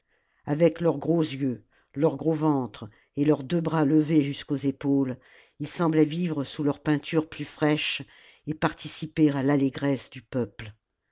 avec leurs gros yeux leur gros ventre et leurs deux bras levés jusqu'aux épaules ils semblaient vivre sous leur peinture plus fraîche et participer à l'allégresse du peuple